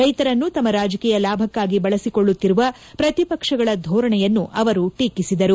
ರೈತರನ್ನು ತಮ್ನ ರಾಜಕೀಯ ಲಾಭಕ್ಷಾಗಿ ಬಳಸಿಕೊಳ್ಳುತ್ತಿರುವ ಪ್ರತಿಪಕ್ಷಗಳ ಧೋರಣೆಯನ್ನು ಅವರು ಟೀಕಿಸಿದರು